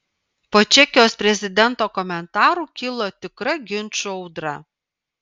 po čekijos prezidento komentarų kilo tikra ginčų audra